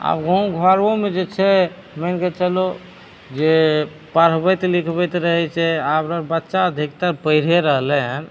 आब गाँवघरोमे जे छै मानिके चलहो जे पढ़बैत लिखबैत रहैत छै आबक बच्चा अधिकतर पढ़िए रहलै हन